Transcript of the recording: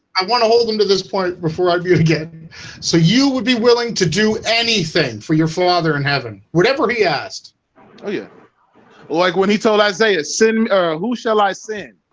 i want to hold him to this point before i view it again so you would be willing to do anything for your father in heaven, whatever he asked yeah like when he told isaiah sin who shall i sin?